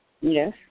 Yes